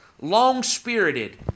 long-spirited